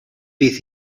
bydd